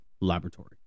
laboratory